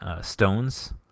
stones